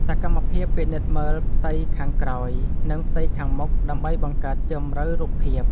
សកម្មភាពពិនិត្យមើលផ្ទៃខាងក្រោយ និងផ្ទៃខាងមុខ ដើម្បីបង្កើតជម្រៅរូបភាព។